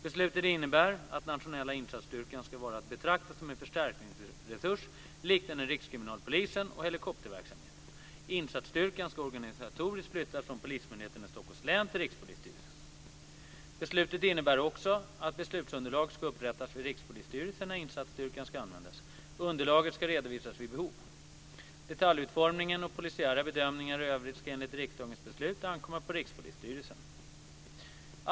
Beslutet innebär att Nationella insatsstyrkan ska vara att betrakta som en förstärkningsresurs liknande Rikskriminalpolisen och helikopterverksamheten. Insatsstyrkan ska organisatoriskt flyttas från Polismyndigheten i Stockholms län till Rikspolisstyrelsen. Beslutet innebär också att beslutsunderlag ska upprättas vid Rikspolisstyrelsen när insatsstyrkan ska användas. Underlaget ska redovisas vid behov. Detaljutformningen och polisiära bedömningar i övrigt ska enligt riksdagens beslut ankomma på Rikspolisstyrelsen.